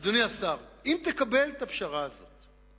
אדוני השר, אם תקבל את הפשרה הזאת,